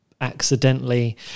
accidentally